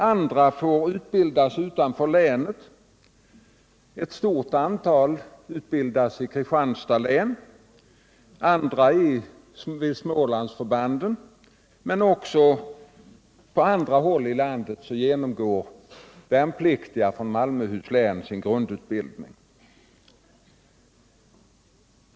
Andra får utbildas utanför länet, ett stort antal utbildas i Kristianstads län, andra vid Smålandsförbanden, men också på andra håll i landet genomgår värnpliktiga från Malmöhus län sin grundutbildning.